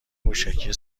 موشکی